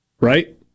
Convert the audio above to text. right